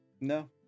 no